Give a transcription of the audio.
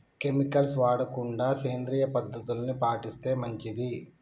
chemicals వాడకుండా సేంద్రియ పద్ధతుల్ని పాటిస్తే మంచిది